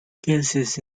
cases